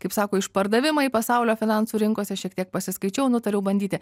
kaip sako išpardavimai pasaulio finansų rinkose šiek tiek pasiskaičiau nutariau bandyti